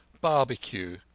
Barbecue